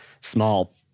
small